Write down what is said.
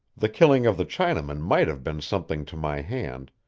the killing of the chinaman might have been something to my hand,